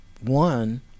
one